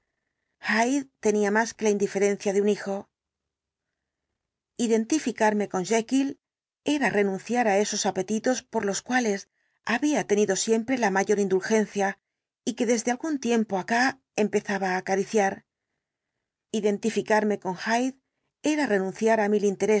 hyde tenía más que la indifeexplicación completa del caso rencia de un hijo identificarme con jekyll era renunciar á esos apetitos por los cuales había tenido siempre la mayor indulgencia y que desde algún tiempo acá empezaba á acariciar identificarme con hyde era renunciar á mil